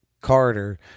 Carter